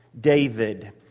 David